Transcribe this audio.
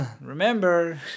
Remember